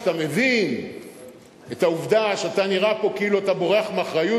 כשאתה מבין את העובדה שאתה נראה פה כאילו אתה בורח מאחריות,